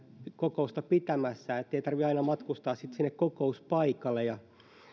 kokousta pitämässä ettei tarvitse aina matkustaa sinne kokouspaikalle ja voi